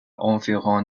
environ